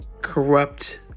corrupt